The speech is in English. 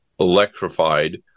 electrified